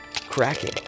cracking